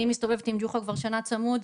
אני מסתובבת עם ג'וחא כבר שנה צמוד,